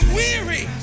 weary